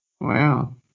Wow